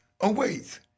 Awaits